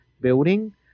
building